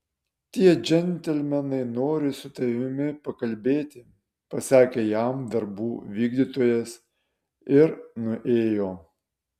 tie džentelmenai nori su tavimi pakalbėti pasakė jam darbų vykdytojas ir nuėjo